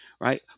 right